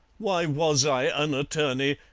why was i an attorney?